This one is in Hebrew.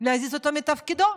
להזיז אותו מתפקידו,